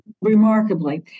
remarkably